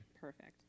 Perfect